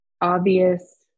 obvious